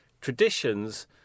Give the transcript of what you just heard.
traditions